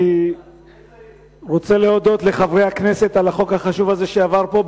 אני רוצה להודות לחברי הכנסת על העברת החוק החשוב הזה פה,